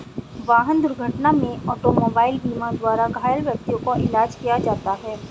वाहन दुर्घटना में ऑटोमोबाइल बीमा द्वारा घायल व्यक्तियों का इलाज किया जाता है